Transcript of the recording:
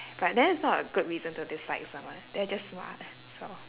but then it's not a good reason to dislike someone they're just smart so